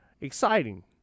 Exciting